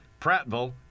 Prattville